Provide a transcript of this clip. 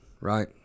right